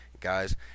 Guys